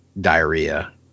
diarrhea